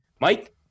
Mike